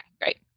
Great